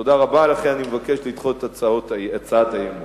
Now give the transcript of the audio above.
לכן אני מבקש לדחות את הצעת האי-אמון.